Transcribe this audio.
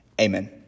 amen